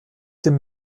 dem